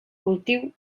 cultiu